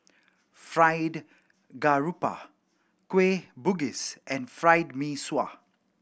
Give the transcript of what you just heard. Fried Garoupa Kueh Bugis and Fried Mee Sua